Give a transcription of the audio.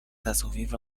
تصاویر